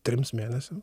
trims mėnesiam